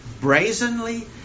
brazenly